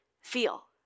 feel